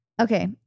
Okay